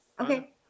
Okay